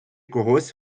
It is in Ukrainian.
когось